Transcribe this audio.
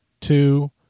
two